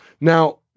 Now